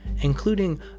including